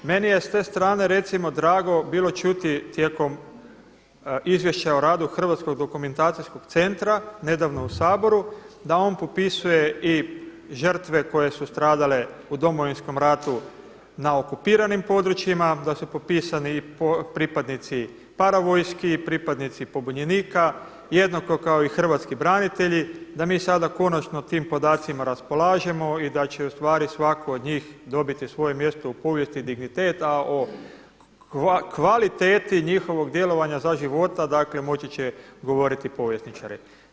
Meni je s te strane recimo drago bilo čuti tijekom izvješća o radu Hrvatskog dokumentacijskog centra nedavno u Saboru da on popisuje i žrtve koje su stradale u Domovinskom ratu na okupiranim područjima, da su popisani i pripadnici paravojski i pripadnici pobunjenika jednako kao i hrvatski branitelji, da mi sada konačno tim podacima raspolažemo i da će u stvari svatko od njih dobiti svoje mjesto u povijesti dignitet, a o kvaliteti njihovog djelovanja za života, dakle moći će govoriti povjesničari.